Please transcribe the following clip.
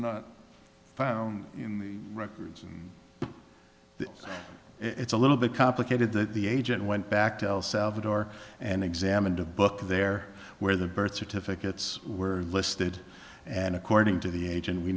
not found in the records and it's a little bit complicated that the agent went back to el salvador and examined a book there where the birth certificates were listed and according to the age and we